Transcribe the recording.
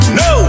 no